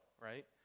right